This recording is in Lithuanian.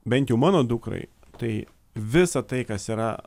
bent jau mano dukrai tai visa tai kas yra